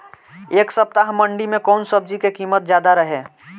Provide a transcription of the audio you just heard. एह सप्ताह मंडी में कउन सब्जी के कीमत ज्यादा रहे?